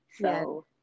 So-